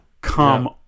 Come